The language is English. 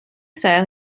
style